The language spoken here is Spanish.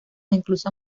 incluso